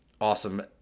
Awesome